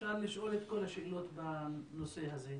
אפשר לשאול את כל השאלות בנושא הזה.